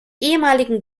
ehemaligen